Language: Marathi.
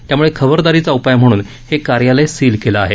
त्यामुळे खबरदारीचा उपाय म्हणून हे कार्यालय सील केलं आहे